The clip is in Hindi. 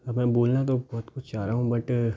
अब मैं बोलना तो बहुत कुछ चाह रहा हूँ बट